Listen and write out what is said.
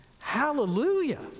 hallelujah